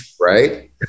right